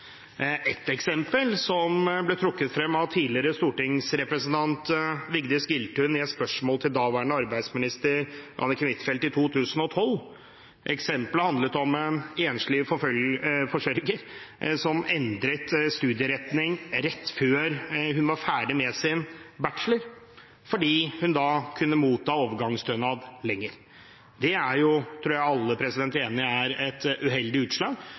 et spørsmål til daværende arbeidsminister Anniken Huitfeldt i 2012, handlet om en enslig forsørger som endret studieretning rett før hun var ferdig med sin bachelor, fordi hun da kunne motta overgangsstønad lenger. Det tror jeg alle er enige om er et uheldig utslag.